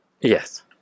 Yes